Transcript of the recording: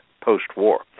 post-war